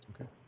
Okay